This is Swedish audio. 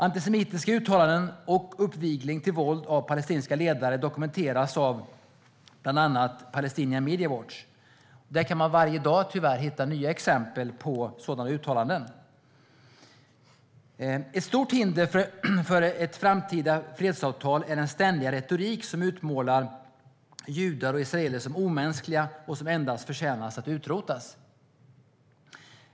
Antisemitiska uttalanden och uppvigling till våld av palestinska ledare dokumenteras bland annat av Palestinian Media Watch. Där kan man varje dag tyvärr hitta nya exempel på sådana uttalanden. Ett stort hinder för ett framtida fredsavtal är den ständiga retorik som utmålar judar och israeler som omänskliga som endast förtjänar att utrotas.